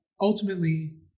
ultimately